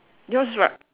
yours is what